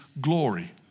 glory